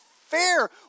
fair